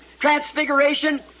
Transfiguration